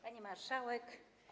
Pani Marszałek!